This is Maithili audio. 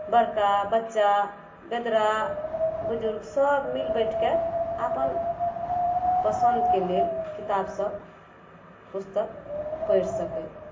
बड़का बच्चा बेदरा बुजुर्ग सब मिल बैठ कऽ अपन पसन्दके लेल किताब सब पुस्तक पढ़ि सकै